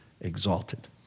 exalted